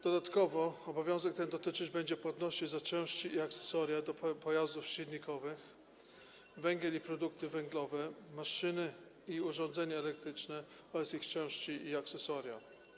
Dodatkowo obowiązek ten dotyczyć będzie płatności za części i akcesoria do pojazdów silnikowych, węgiel i produkty węglowe, maszyny i urządzenia elektryczne oraz ich części i akcesoria.